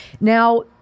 Now